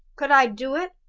could i do it,